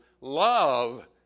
love